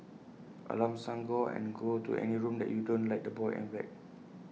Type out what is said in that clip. alarm sound go and go to any room that you don't like the boy and whacked